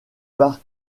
parc